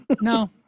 No